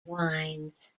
wines